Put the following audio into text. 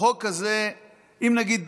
נגיד,